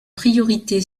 priorité